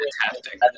fantastic